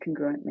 congruently